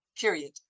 period